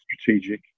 strategic